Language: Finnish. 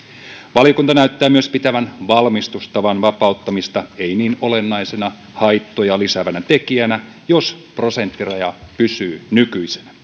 valiokunta näyttää myös pitävän valmistustavan vapauttamista ei niin olennaisena haittoja lisäävänä tekijänä jos prosenttiraja pysyy nykyisenä